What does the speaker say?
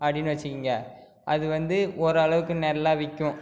அப்படினு வச்சிக்கிங்க அது வந்து ஓரளவுக்கு நல்லா விற்கும்